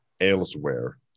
elsewhere